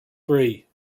three